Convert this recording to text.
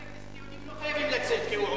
חברי הכנסת היהודים לא חייבים לצאת כי הוא עולה.